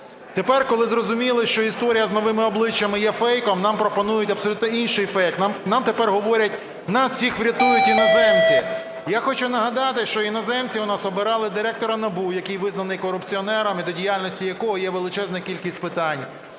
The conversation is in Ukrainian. Тепер, коли зрозуміли, що історія з "новими обличчями" є фейком, нам пропонують абсолютно інший фейк, нам тепер говорять: нас всіх врятують іноземці. Я хочу нагадати, що іноземці в нас обирали директора НАБУ, який визнаний корупціонером і до діяльності якого є величезна кількість питань;